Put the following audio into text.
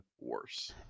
worse